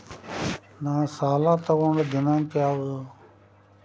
ನಾ ಸಾಲ ತಗೊಂಡು ದಿನಾಂಕ ಯಾವುದು?